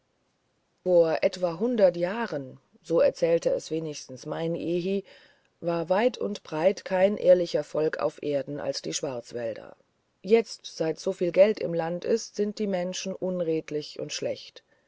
vor etwa hundert jahren so erzählte es wenigstens mein ehni war weit und breit kein ehrlicher volk auf erden als die schwarzwälder jetzt seit so viel geld im land ist sind die menschen unredlich und schlecht